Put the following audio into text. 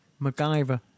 MacGyver